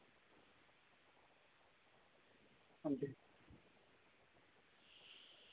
हां जी